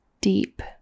deep